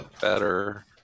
better